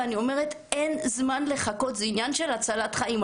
אני אומרת, אין זמן לחכות, זה עניין של הצלת חיים.